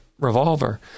Revolver